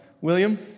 William